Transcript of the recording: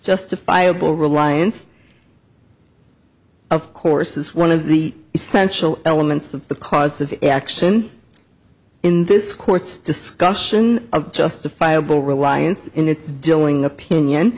justifiable reliance of course is one of the essential elements of the cause of action in this court's discussion of justifiable reliance in its dealing opinion